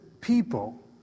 people